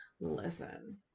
Listen